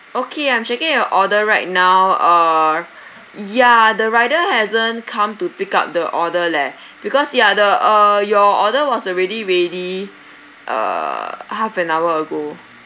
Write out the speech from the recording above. okay I'm checking your order right now err ya the rider hasn't come to pick up the order leh because yeah the uh your order was already ready err half an hour ago